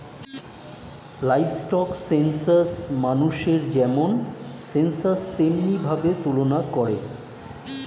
livestock census মানুষের যেমন census তেমনি ভাবে তুলনা করে